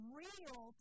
real